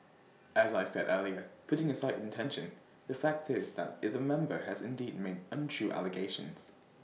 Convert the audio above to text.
as I said earlier putting aside intention the fact is that IT the member has indeed made untrue allegations